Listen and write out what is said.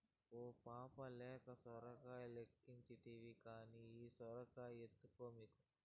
ఓ పాపా లేత సొరకాయలెక్కుంటివి కానీ ఈ సొరకాయ ఎత్తుకో మీకు